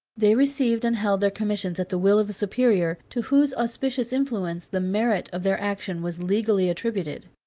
they received and held their commissions at the will of a superior, to whose auspicious influence the merit of their action was legally attributed.